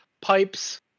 pipes